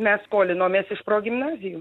mes skolinomės iš progimnazijų